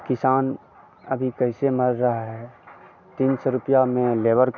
किसान अभी कैसे मर रहा है तीन सौ रुपये में लेबर